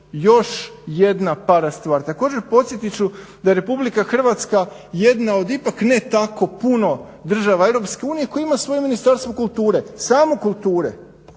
još jedna parastvar. Također, podsjetit ću da je RH jedna od ipak ne tako puno država EU koja ima svoje Ministarstvo kulture, samo kulture.